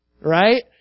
Right